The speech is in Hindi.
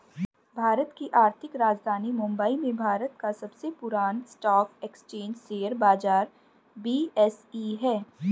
भारत की आर्थिक राजधानी मुंबई में भारत का सबसे पुरान स्टॉक एक्सचेंज शेयर बाजार बी.एस.ई हैं